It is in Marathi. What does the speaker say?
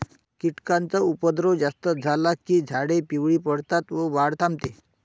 कीटकांचा उपद्रव जास्त झाला की झाडे पिवळी पडतात व वाढ थांबते